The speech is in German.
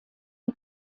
die